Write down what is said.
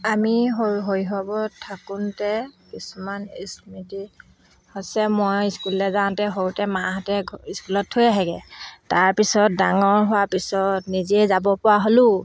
আমি শৈশৱত থাকোঁতে কিছুমান স্মৃতি হৈছে মই স্কুললৈ যাওঁতে সৰুতে মাহঁতে স্কুলত থৈ আহেগৈ তাৰ পিছত ডাঙৰ হোৱা পিছত নিজে যাব পৰা হ'লোঁ